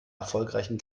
erfolgreichen